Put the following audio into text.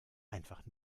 einfach